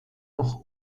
noch